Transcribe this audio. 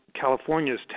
California's